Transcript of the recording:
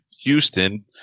Houston